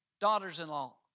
daughters-in-law